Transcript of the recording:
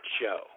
Show